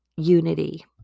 unity